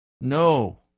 No